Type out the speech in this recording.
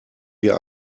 wir